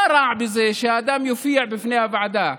מה רע בזה שאדם יופיע בפני הוועדה?